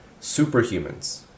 superhumans